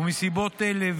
ומסיבות אלה,